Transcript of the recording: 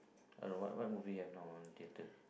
other what what movie have now on theater